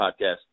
podcast